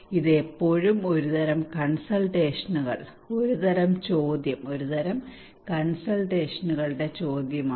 ഇത് ഇപ്പോഴും ഒരുതരം കൺസൾട്ടേഷനുകൾ ഒരുതരം ചോദ്യം ഒരുതരം കൺസൾട്ടേഷനുകളുടെ ചോദ്യമാണ്